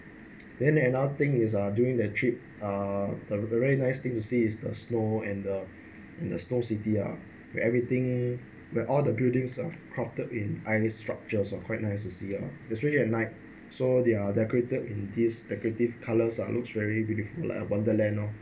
then another thing is uh during the trip uh a very nice thing to see is the snow and the a snow city ah everything where all the buildings are crafted in ice structures ah quite nice to see ah it's really at night so they are decorated in this decorative colors ah looks very beautiful like a wonderland lor